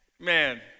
Man